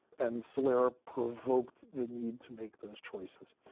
and celera provoked the need to make those choices.